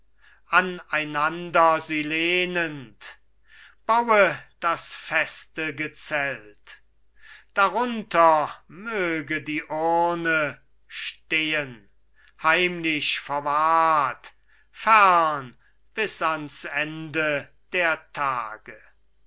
einander sie lehnend baue das feste gezelt darunter möge die urne stehen heimlich verwahrt fern bis ans ende der tage